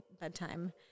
bedtime